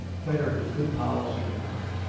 whether it was good policy or not,